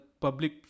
public